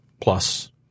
plus